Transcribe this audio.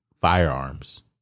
firearms